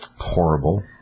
Horrible